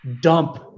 dump